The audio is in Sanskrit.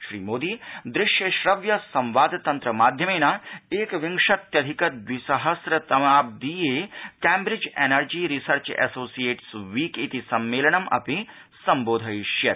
श्री मोदी दृश्य श्रव्य संवाद तन्त्र माध्यमेन एकविंशत्थिक द्वि सहस्र तमाब्दीय Cambridge energy research associates week इति सम्मेलनम् अपि संबोधयिष्यति